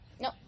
no